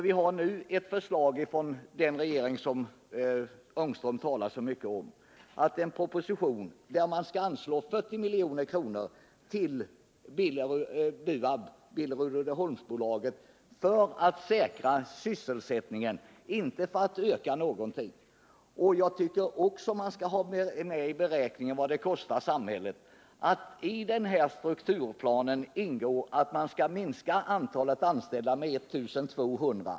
Vi har nu ett förslag från den regering som Rune Ångström talar så mycket om. Det är en proposition där man anslår 40 milj.kr. till BUAB, Billerud Uddeholm AB, för att säkra sysselsättningen, inte för att öka den. Man skall också ha med i beräkningen vad det kostar samhället att det i denna strukturplan ingår att man skall minska antalet anställda med 1 200.